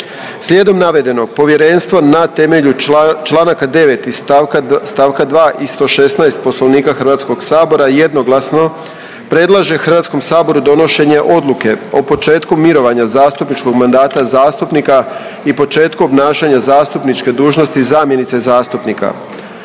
Slijedom navedenog povjerenstvo na temelju Članaka 9. i stavka 2. i 116. Poslovnika Hrvatskog sabora jednoglasno predlaže Hrvatskom saboru donošenje Odluke o početku mirovanja zastupničkog mandata zastupnika i početku obnašanja zastupničke dužnosti zamjenice zastupnika.